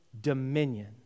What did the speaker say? dominion